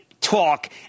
talk